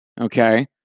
Okay